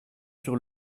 sur